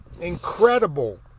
incredible